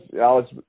Alex